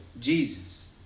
Jesus